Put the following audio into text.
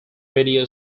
radio